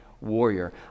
warrior